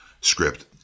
script